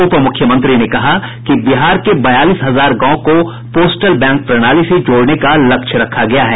उपमूख्यमंत्री ने कहा कि बिहार के बयालीस हजार गांव को पोस्टल बैंक प्रणाली से जोड़ने का लक्ष्य रखा गया है